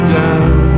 down